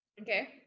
okay